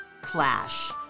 clash